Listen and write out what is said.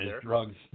drugs